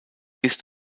ist